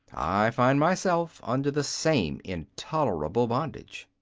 i find myself under the same intolerable bondage.